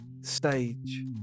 stage